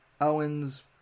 Owen's